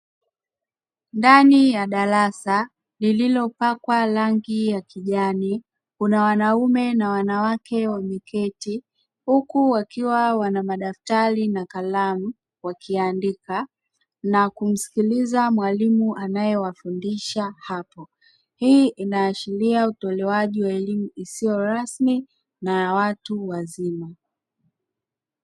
Ndani ya darasa lililopakwa rangi ya kijani, kuna wanaume na wanawake wameketi, huku wakiwa wana madaftari na kalamu wakiandika na kumsikiliza mwalimu anayewafundisha hapo. Hii inaashiria utolewaji wa elimu isiyo rasmi na ya watu wazima.